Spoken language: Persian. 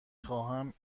خواهم